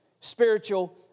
Spiritual